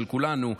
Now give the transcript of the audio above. של כולנו,